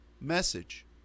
message